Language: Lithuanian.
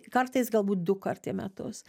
kartais galbūt dukart į metus